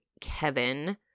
Kevin